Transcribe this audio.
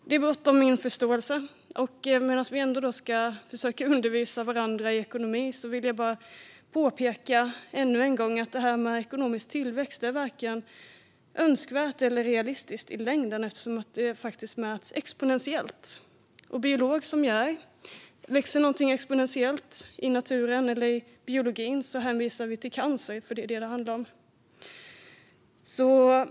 Det är bortom min förståelse. När vi ändå ska försöka att undervisa varandra i ekonomi vill jag ännu en gång påpeka att ekonomisk tillväxt varken är önskvärd eller realistisk i längden, eftersom den mäts exponentiellt. Biolog som jag är vet jag att om något växer exponentiellt i naturen eller i biologin hänvisar vi till cancer, för det är vad det handlar om.